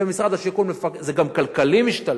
וזה גם כלכלית משתלם.